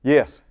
Yes